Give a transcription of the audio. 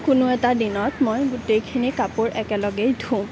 কোনো এটা দিনত মই গোটেইখিনি কাপোৰ একেলগেই ধুওঁ